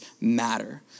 matter